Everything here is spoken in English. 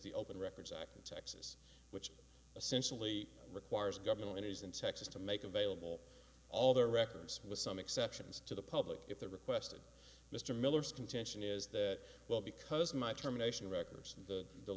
the open records act in texas which essentially requires government entities in texas to make available all their records with some exceptions to the public if they're requested mr miller's contention is that well because my terminations records the the